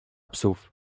psów